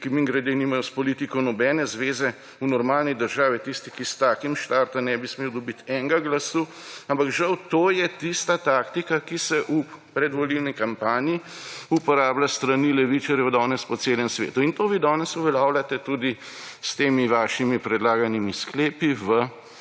ki – mimogrede ‒ nimajo s politiko nobene zveze. V normalni državi tisti, ki s takim štarta, ne bi smeli dobiti enega glasu, ampak žal to je tista taktika, ki se v predvolilni kampanji uporablja s strani levičarjev danes po celem svetu. In to vi danes uveljavljate s temi vašimi predlaganimi sklepi v